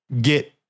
get